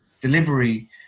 delivery